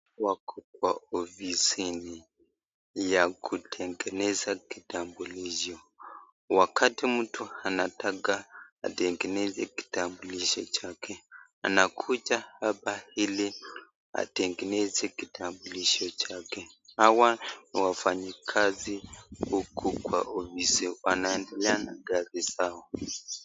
Wako kwa ofisini, ya kutengeneza kitambulisho, wakati mtu anataka atengeneze kitambulisho chake, anakuja hapa ili atenegeze kitambulisho chake, hawa ni wafanyi kazi huku kwa ofisi wanaendelea na kazi zao.